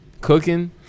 cooking